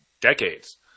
decades